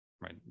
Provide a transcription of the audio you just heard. right